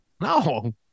No